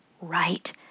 right